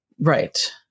Right